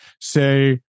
say